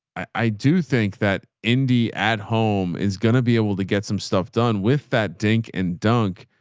i do think that indie ad home is going to be able to get some stuff done with that dink and dunk.